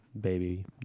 baby